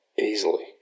Easily